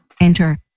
Enter